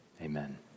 Amen